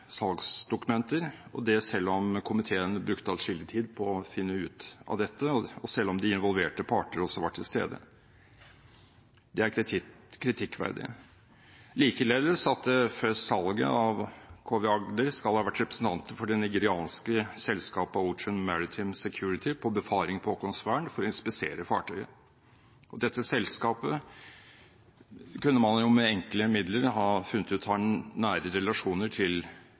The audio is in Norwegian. salgsdokumenter, selv om komiteen brukte atskillig tid på å finne ut av dette, og selv om de involverte parter også var til stede. Det er kritikkverdig, likeledes at det før salget av KV «Agder» skal ha vært representanter for det nigerianske selskapet Ocean Maritime Security på befaring på Haakonsvern for å inspisere fartøyet. Dette selskapet kunne man med enkle midler ha funnet ut har nære relasjoner til